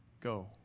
go